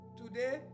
today